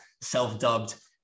self-dubbed